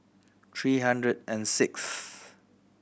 three hundred and sixth